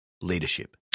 leadership